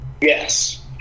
Yes